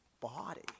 body